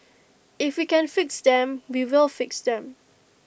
if we can fix them we will fix them